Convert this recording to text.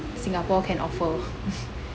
singapore can offer